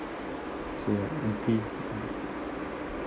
so ya okay